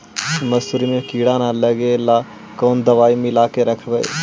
मसुरी मे किड़ा न लगे ल कोन दवाई मिला के रखबई?